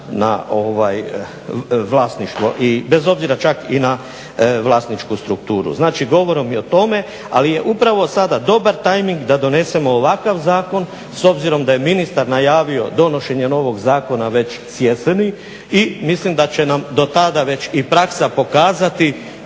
na vlasništvo i bez obzira čak i na vlasničku strukturu. Znači, govorim i o tome, ali je upravo sada dobar timing da donesemo ovakav zakon s obzirom da je ministar najavio donošenje novog zakona već s jeseni. I mislim da će nam do tada već i praksa pokazati,